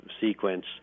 Sequence